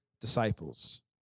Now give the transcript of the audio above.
disciples